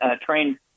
trained